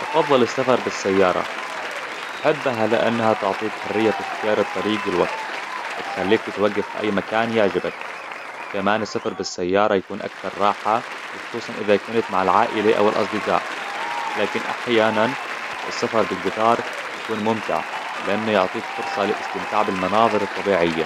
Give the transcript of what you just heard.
افضل السفر بالسيارة احبها لإنها تعطيك حرية في اختيار الطريق والوقت وتخليك تتوقف في اي مكان يعجبك كمان السفر بالسيارة يكون اكثر راحة وخصوصاً اذا كنت مع العائلة او الاصدقاء لكن احيانا السفر بالقطار يكون ممتع لانه يعطيك فرصة للإستمتاع بالمناظر الطبيعية